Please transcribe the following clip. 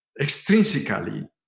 extrinsically